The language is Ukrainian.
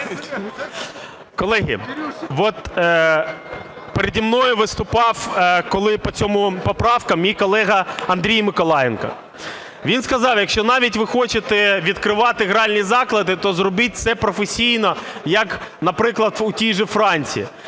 Колеги, от переді мною виступав, коли по цьому… поправка, мій колега Андрій Ніколаєнко. Він сказав, якщо навіть ви хочете відкривати гральні заклади, то зробіть це професійно, як, наприклад, у тій же Франції.